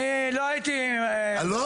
אני לא הייתי --- לא,